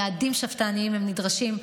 יעדים שאפתניים הם נדרשים.